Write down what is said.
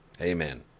Amen